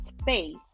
space